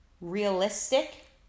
Realistic